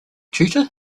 tutor